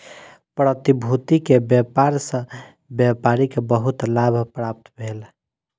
प्रतिभूति के व्यापार सॅ व्यापारी के बहुत लाभ प्राप्त भेल